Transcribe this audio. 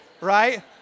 Right